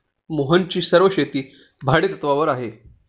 मोहितची सर्व शेती भाडेतत्वावर आहे